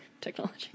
technology